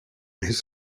his